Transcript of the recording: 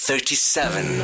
Thirty-seven